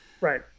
right